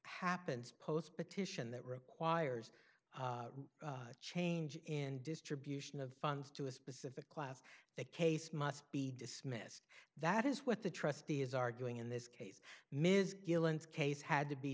happens post petition that requires a change in distribution of funds to a specific class that case must be dismissed that is what the trustee is arguing in this case ms guillen's case had to be